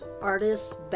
artists